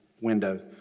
window